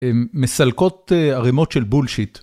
מסלקות ערימות של בולשיט.